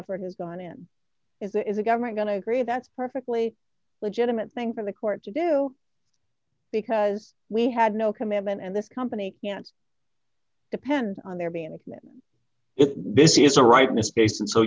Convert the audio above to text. effort is going in is there is a government going to agree that's perfectly legitimate thing for the court to do because we had no commitment and this company can't depend on there being a commitment this is a right to space and so